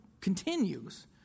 continues